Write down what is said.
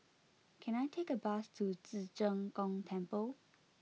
can I take a bus to Ci Zheng Gong Temple